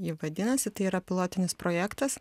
ji vadinasi tai yra pilotinis projektas